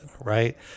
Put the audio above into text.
right